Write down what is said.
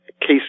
case